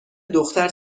دختر